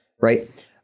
right